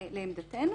לעמדתנו.